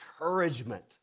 encouragement